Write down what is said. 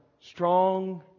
strong